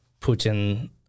Putin